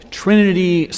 Trinity